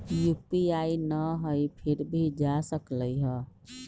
UPI न हई फिर भी जा सकलई ह?